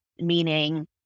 meaning